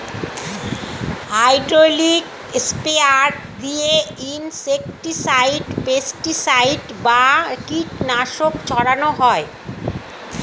hydraulic sprayer দিয়ে insecticide, pesticide বা কীটনাশক ছড়ান হয়